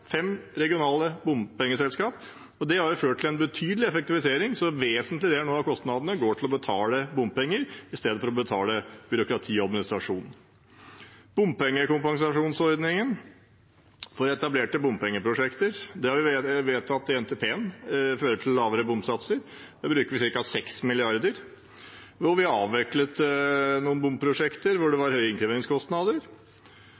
fem regionale bompengeselskaper – og det har ført til en betydelig effektivisering, slik at en vesentlig del av kostnadene nå går til å betale bompenger i stedet for å betale byråkrati og administrasjon. Bompengekompensasjonsordningen for etablerte bompengeprosjekter som er vedtatt i NTP-en, fører til lavere bomsatser. Der bruker vi ca. 6 mrd. kr. Vi har også avviklet noen bomprosjekter hvor det